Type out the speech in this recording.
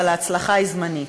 אבל ההצלחה היא זמנית.